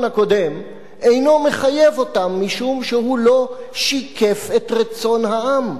הקודם אינו מחייב אותם משום שהוא לא שיקף את רצון העם.